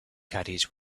caddies